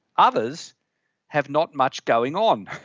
others have not much going on.